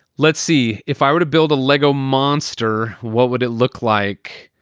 let's see if i were to build a lego monster. what would it look like?